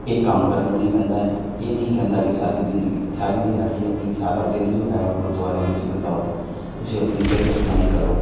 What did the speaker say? ਇਹ ਕੰਮ ਕਰਨ ਨੂੰ ਵੀ ਕਹਿੰਦਾ ਹੈ ਇਹ ਨਹੀਂ ਕਹਿੰਦਾ ਕਿ ਸਾਰੀ ਜ਼ਿੰਦਗੀ ਸਾਰੀ ਦਿਹਾੜੀ ਆਪਣੀ ਸਾਰਾ ਦਿਨ ਜੋ ਹੈ ਉਹ ਗੁਰਦੁਆਰਿਆਂ ਵਿੱਚ ਬਿਤਾਓ ਤੁਸੀਂ ਆਪਣੀ ਕਿਰਤ ਕਮਾਈ ਕਰੋ